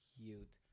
cute